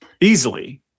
easily